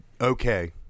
okay